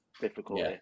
Difficulty